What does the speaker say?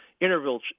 interval